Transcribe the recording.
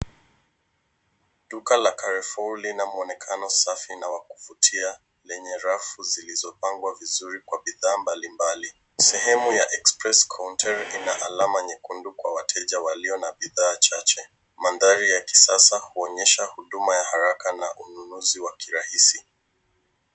Duka la Carrefour lina mwonekano safi na wa kuvutia lenye rafu zilizopangwa vizuri kwa bidhaa mbalimbali. Sehemu ya express counter lina alama nyekundu kwa wateja walio na bidhaa chache. Mandhari ya kisasa huonyesha huduma ya haraka na ununuzi wa kirahisi.